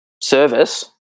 service